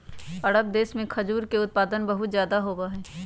अरब देश में खजूर के उत्पादन बहुत ज्यादा होबा हई